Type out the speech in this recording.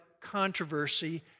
controversy